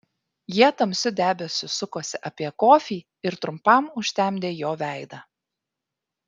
jie tamsiu debesiu sukosi apie kofį ir trumpam užtemdė jo veidą